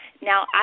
Now